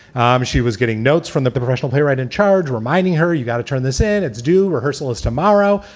um she was getting notes from the the professional playwright in charge, reminding her, you got to turn this in. it's do rehearsals tomorrow.